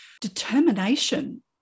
determination